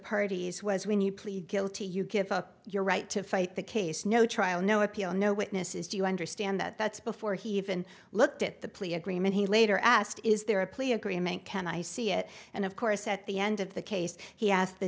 parties was when you plead guilty you give up your right to fight the case no trial no appeal no witnesses do you understand that that's before he even looked at the plea agreement he later asked is there a plea agreement can i see it and of course at the end of the case he asked the